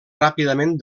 ràpidament